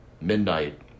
midnight